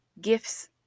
gifts